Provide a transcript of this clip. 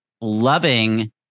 loving